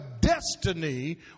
destiny